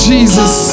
Jesus